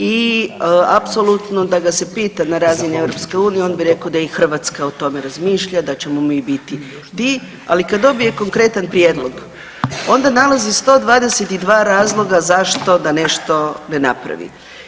I apsolutno da ga se pita na razini EU on bi rekao da i Hrvatska o tome razmišlja, da ćemo mi biti ti, ali kad dobije konkretan prijedlog onda nalazi 122 razloga zašto da nešto ne napravi.